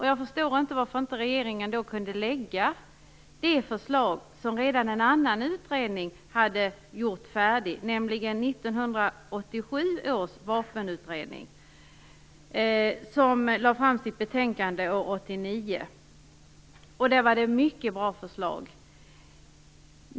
Jag förstår inte varför inte regeringen då kunde lägga fram det förslag som en utredning redan hade gjort färdigt, nämligen 1987 års vapenutredning. Den lade fram sitt betänkande år 1989. Det innehöll många bra förslag.